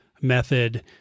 method